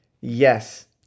Yes